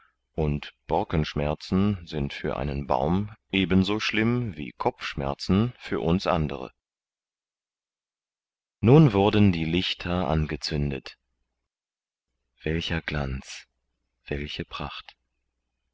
und borkenschmerzen sind für einen baum eben so schlimm wie kopfschmerzen für uns andere nun wurden die lichter angezündet welcher glanz welche pracht